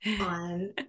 on